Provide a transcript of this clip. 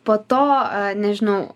po to nežinau